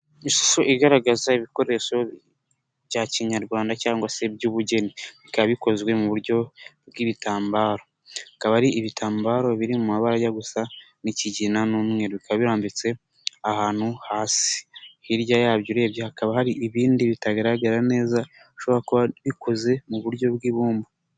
Ishusho igaragaza ibikoresho bya kinyarwanda cyangwag se by'ubugeni. Bikaba bikozwe mu buryo bw'ibitambaro. Bikaba ari ibitambaro biri mu mabara ajya gusa n'ikigina n'umweru. Bikaba birambitse ahantu hasi. Hirya yabyo urebye hakaba hari ibindi bitagaragara neza, bishobora kuba bikoze mu buryo bw'ibumba.